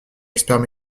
experts